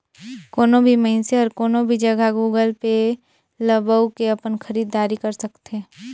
कोनो भी मइनसे हर कोनो भी जघा गुगल पे ल बउ के अपन खरीद दारी कर सकथे